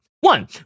One